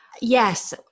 yes